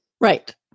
Right